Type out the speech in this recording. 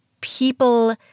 people